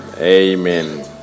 Amen